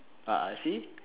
ah ah see